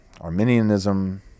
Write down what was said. Arminianism